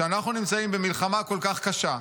כשאנחנו נמצאים במלחמה כל כך קשה,